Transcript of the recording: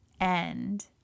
end